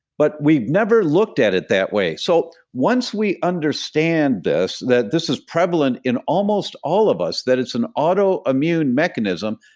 but we've never looked at it that way. so once we understand this, that this is prevalent in almost all of us, that it's an auto-immune mechanism,